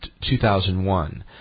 2001